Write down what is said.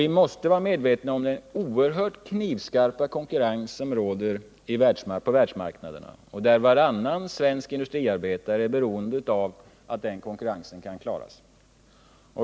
Vi måste vara medvetna om den oerhört knivskarpa konkurrens som råder på världsmarknaderna och där varannan svensk industriarbetare är beroende av att den konkurrensen kan klaras.